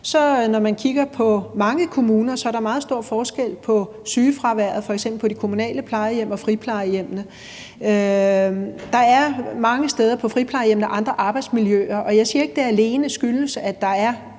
når man kigger på mange kommuner, meget stor forskel på sygefraværet på de kommunale plejehjem og friplejehjemmene. Der er mange steder på friplejehjemmene et andet arbejdsmiljø, og jeg siger ikke, at det alene skyldes, at der er